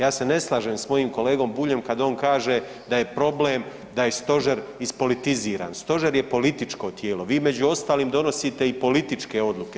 Ja se ne slažem s mojim kolegom Buljem kad on kaže da je problem da je stožer ispolitiziran, stožer je političko tijelo, vi među ostalim donosite i političke odluke.